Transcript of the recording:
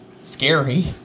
scary